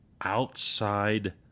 outside